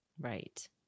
Right